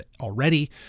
already